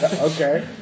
okay